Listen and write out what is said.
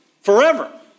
forever